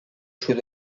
sud